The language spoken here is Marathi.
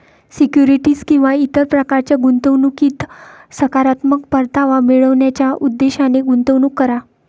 सिक्युरिटीज किंवा इतर प्रकारच्या गुंतवणुकीत सकारात्मक परतावा मिळवण्याच्या उद्देशाने गुंतवणूक करा